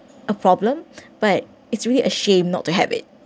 a problem but it's really a shame not to have it